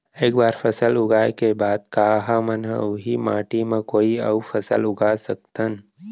एक बार फसल उगाए के बाद का हमन ह, उही माटी मा कोई अऊ फसल उगा सकथन?